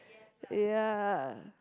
ya